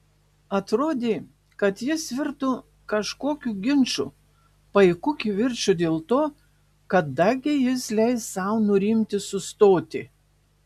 atrodė kad jis virto kažkokiu ginču paiku kivirču dėl to kada gi jis leis sau nurimti sustoti